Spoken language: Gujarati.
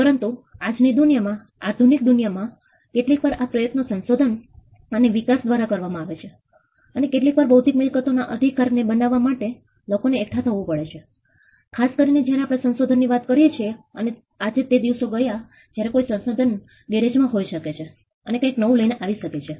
પરંતુ આજની દુનિયા માં આધુનિક દુનિયામાં કેટલીકવાર આ પ્રયત્નો સંશોધન અને વિકાસ દ્વારા કરવામાં આવે છે અને કેટલીકવાર બૌદ્ધિક મિલકતો ના અધિકાર ને બનાવવા માટે લોકો ને એકઠા થવું પડે છે ખાસ કરીને જયારે આપણે સંશોધનો ની વાત કરીએ છીએ અને આજે તે દિવસો ગયા જયારે કોઈ સંશોધક ગેરેજ માં હોઈ શકે છે અને કંઈક નવું લઇ ને આવી શકે છે